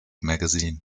magazine